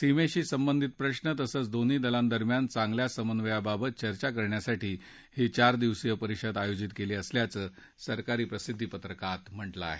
सीमेशी संबंधित प्रश्न तसंच दोन्ही दलादरम्यान चांगल्या समन्वयाबाबत चर्चा करण्यासाठी ही चारदिवसीय परिषद आयोजित केली असल्याचं सरकारी प्रसिद्धी पत्रकात म्हटलं आहे